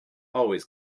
always